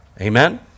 Amen